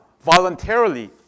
voluntarily